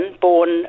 born